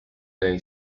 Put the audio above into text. they